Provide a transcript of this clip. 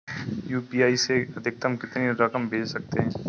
UPI से अधिकतम कितनी रकम भेज सकते हैं?